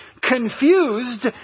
Confused